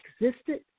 existed